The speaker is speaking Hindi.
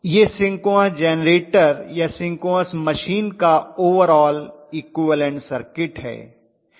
यह सिंक्रोनस जेनरेटर या सिंक्रोनस मशीन का ओवरॉल इक्विवलन्ट सर्किट है